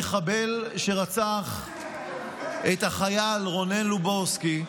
במשפטו של המחבל שרצח את החייל רונן לוברסקי,